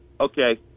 Okay